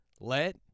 Let